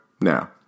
Now